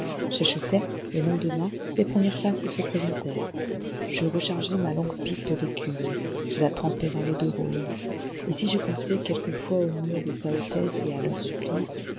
j'achetai le lendemain les premières femmes qui se présentèrent je rechargeai ma longue pipe d'écume je la trempai dans l'eau de rose et si je pensai quelquefois aux muets de sa hautesse et à leur supplice